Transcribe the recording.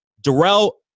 Darrell